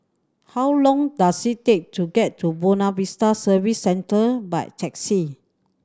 how long does it take to get to Buona Vista Service Centre by taxi